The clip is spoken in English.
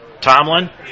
Tomlin